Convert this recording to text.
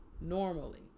normally